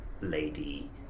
lady